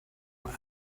mae